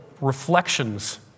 reflections